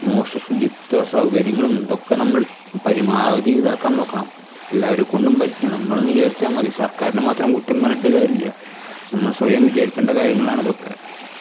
മോശ ശുചിത്വ സൗകര്യങ്ങളും ഇതൊക്കെ നമ്മള് പരമാവധി ഇതാക്കാന് നോക്കണം എല്ലാവരെക്കൊണ്ടും പറ്റും നമ്മൾ വിചാരിച്ചാല് മതി സര്ക്കാരിനെ മാത്രം കുറ്റം പറഞ്ഞിട്ട് കാര്യമില്ല നമ്മള് സ്വയം വിചാരിക്കേണ്ട കാര്യങ്ങളാണ് ഇതൊക്കെ